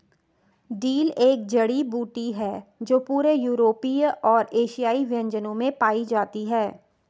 dill एक जड़ी बूटी है जो पूरे यूरोपीय और एशियाई व्यंजनों में पाई जाती है